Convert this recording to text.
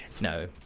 no